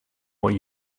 what